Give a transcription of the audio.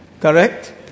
Correct